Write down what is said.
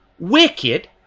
wicked